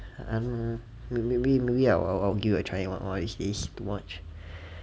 I don't know maybe I'll I'll I'll give it a try these days to watch